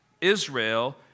Israel